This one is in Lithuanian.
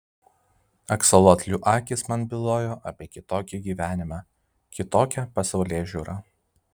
aksolotlių akys man bylojo apie kitokį gyvenimą kitokią pasaulėžiūrą